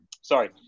sorry